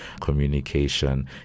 communication